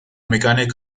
mechanic